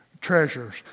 treasures